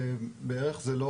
זה לא